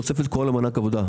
תוספת כל מענק העבודה,